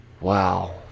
Wow